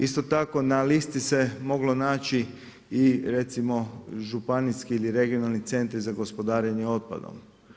Isto tako na listi se moglo naći i recimo županijski ili regionalni centri za gospodarenje otpadom.